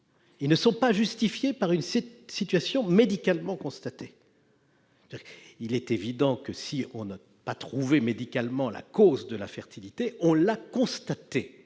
et ne sont pas justifiés par une situation médicalement constatée. Il est évident que, si l'on n'a pas trouvé médicalement la cause de l'infertilité, cette